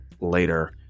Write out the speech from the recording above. Later